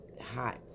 hot